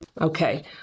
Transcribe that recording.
Okay